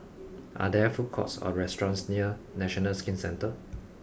are there food courts or restaurants near National Skin Centre